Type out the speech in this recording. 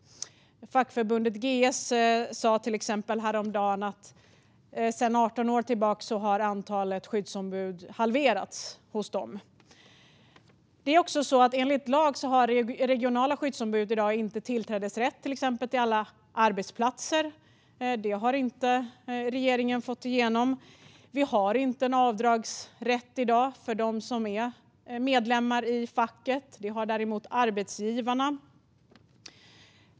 Fackförbundet GS sa till exempel häromdagen att antalet skyddsombud hos dem har halverats jämfört med för 18 år sedan. Enligt lag har regionala skyddsombud inte tillträdesrätt till alla arbetsplatser. Detta har regeringen inte fått igenom. Vi har i dag ingen avdragsrätt för dem som är medlemmar i facket; det har däremot arbetsgivarna.